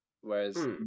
Whereas